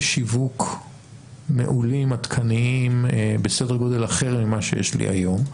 שיווק מעולים עדכניים בסדר גודל אחר ממה שיש לי היום,